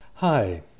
Hi